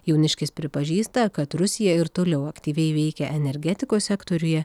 jauniškis pripažįsta kad rusija ir toliau aktyviai veikia energetikos sektoriuje